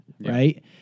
right